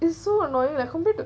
it's so annoying that how do you tell